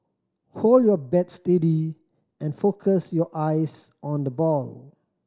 hold your bat steady and focus your eyes on the ball